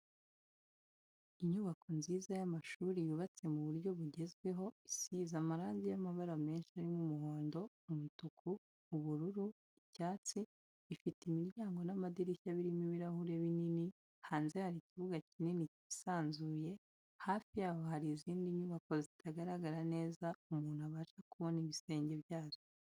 Inyubako nziza y'amashuri yubatse mu buryo bugezweho isize amarangi y'amabara menshi arimo umuhondo, umutuku, ubururu, icyatsi, ifite imiryango n'amadirishya birimo ibirahuri binini, hanze hari ikibuga kinini cyisanzuye, hafi yaho hari izindi nyubako zitagaragara neza umuntu abasha kubona ibisenge byazo.